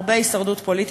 הרבה הישרדות פוליטית,